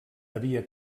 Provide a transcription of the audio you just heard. havia